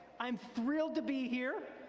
i'm thrilled to be here,